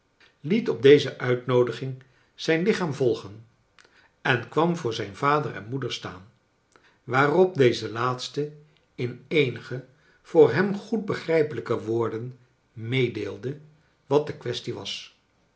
liet op deze uitnoodiging zijn lichaam volgen en kwam voor zijn vader en moeder staan waarop deze laatste in eenige voor hem goed begrijpelijke woorden meedeelde wat de kwestie was